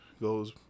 goes